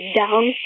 down